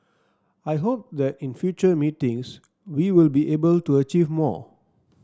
I hope that in future meetings we will be able to achieve more